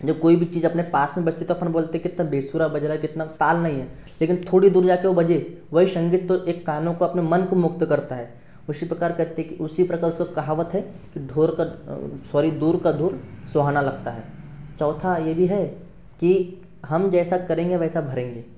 जब कोई भी चीज अपने पास में बजती है तो अपन बोलते हैं कितना बेसूरा बज रहा है कितना ताल नहीं है लेकिन थोड़ी दूर जाकर वो बजे वही संगीत तो एक कानों को अपने मंत्रमुग्ध करता है उसी प्रकार कहते हैं कि उसी प्रकार उसका कहावत है कि ढोर का सॉरी दूर का ढोल सुहाना लगता है चौथा ये भी है कि हम जैसा करेंगे वैसा भरेंगे